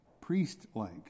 priest-like